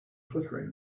flickering